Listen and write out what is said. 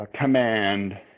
command